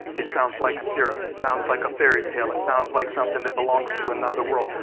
it sounds like syrup. it sounds like a fairy tale. it sounds like something that belongs to another world,